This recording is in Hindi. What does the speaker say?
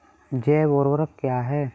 जैव ऊर्वक क्या है?